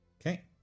okay